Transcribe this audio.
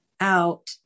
out